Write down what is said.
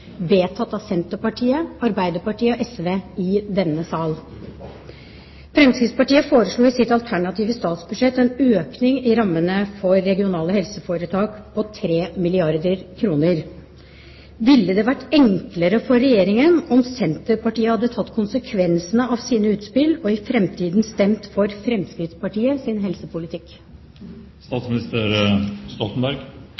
vedtatt av Senterpartiet, Arbeiderpartiet og SV i denne sal. Fremskrittspartiet foreslo i sitt alternative statsbudsjett en økning i rammene for regionale helseforetak på 3 milliarder kr. Ville det vært enklere for Regjeringen om Senterpartiet hadde tatt konsekvensene av sine utspill og i framtiden stemt for Fremskrittspartiets helsepolitikk? Svaret på det er nei. Fremskrittspartiet